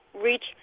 reach